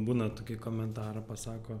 būna tokį komentarą pasako